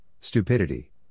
stupidity